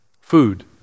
food